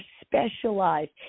specialized